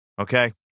Okay